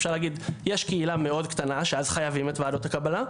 אפשר להגיד יש קהילה מאוד קטנה שאז חייבים את ועדות הקבלה,